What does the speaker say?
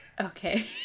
Okay